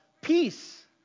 peace